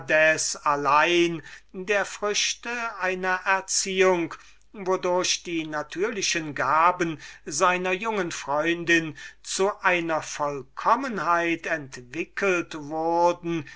allein der früchte einer erziehung wodurch die natürlichen gaben seiner jungen freundin zu einer vollkommenheit entwickelt